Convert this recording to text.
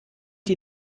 die